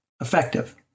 effective